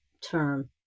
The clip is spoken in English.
term